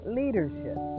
leadership